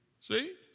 See